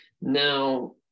Now